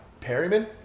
Perryman